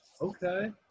Okay